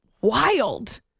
wild